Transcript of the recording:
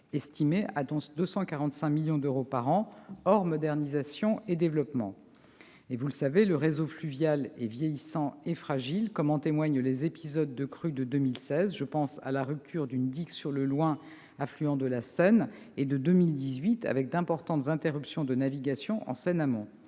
estimé à 245 millions d'euros par an, hors modernisation et développement. Vous le savez, le réseau fluvial est vieillissant et fragile, comme en témoignent les épisodes de crues de 2016- je pense à la rupture d'une digue sur le Loing, affluent de la Seine -et de 2018- d'importantes interruptions de navigation ont